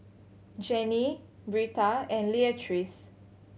Janie Britta and Leatrice